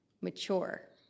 Mature